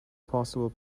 possible